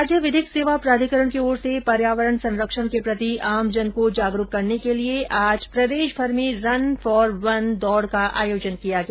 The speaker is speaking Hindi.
राज्य विधिक सेवा प्राधिकरण की ओर से पर्यावरण संरक्षण के प्रति आमजन को जागरूक करने के लिए आज प्रदेशभर में रन फोर वन दौड़ का आयोजन किया गया